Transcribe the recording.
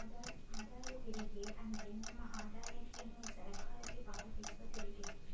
ಆದಾಯ ತೆರಿಗೆ ಅಂದ್ರೆ ನಿಮ್ಮ ಆದಾಯಕ್ಕೆ ನೀವು ಸರಕಾರಕ್ಕೆ ಪಾವತಿಸುವ ತೆರಿಗೆ